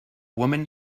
woman